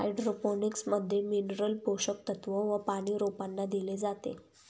hydroponics मध्ये mineral पोषक तत्व व पानी रोपांना दिले जाते